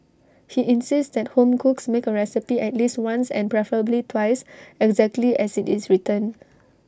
he insists that home cooks make A recipe at least once and preferably twice exactly as IT is written